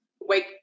wake